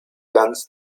ganz